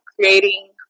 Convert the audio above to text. creating